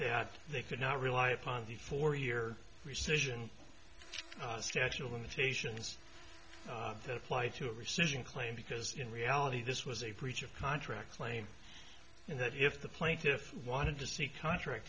that they could not rely upon the four year precision statue of limitations that apply to a rescission claim because in reality this was a preacher of contract claim and that if the plaintiff wanted to see contract